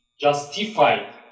justified